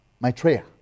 Maitreya